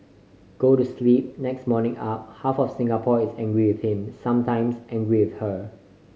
go to sleep next morning up half of Singapore is angry with him sometimes angry with her